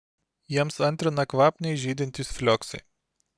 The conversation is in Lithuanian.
jiems antrina kvapniai žydintys flioksai